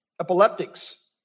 epileptics